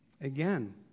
Again